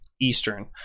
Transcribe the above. Eastern